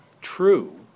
true